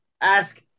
Ask